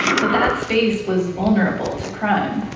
that that space was vulnerable to crime